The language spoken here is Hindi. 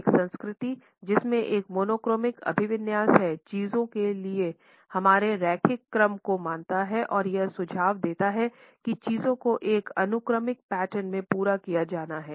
एक संस्कृति जिसमें एक मोनोक्रोमिक अभिविन्यास है चीजों के हमारे रैखिक क्रम को मानता है और यह सुझाव देता है कि चीजों को एक अनुक्रमिक पैटर्न में पूरा किया जाना है